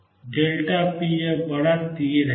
p यह बड़ा तीर है